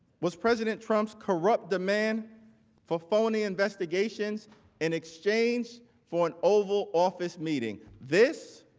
was president trump's corrupt demand for phony investigations in exchange for an oval office meeting. this